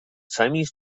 siamese